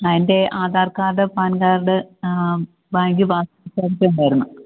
ആ എൻ്റെ Aadhaar card PAN card bank passbook ഒക്കെ ഉണ്ടായിരുന്നു